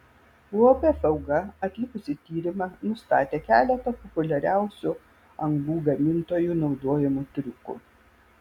uab fauga atlikusi tyrimą nustatė keletą populiariausių angų gamintojų naudojamų triukų